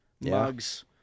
Mugs